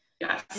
Yes